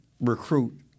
recruit